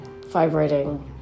vibrating